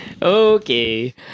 Okay